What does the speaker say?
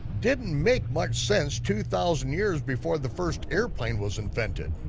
didn't make much sense two thousand years before the first airplane was invented.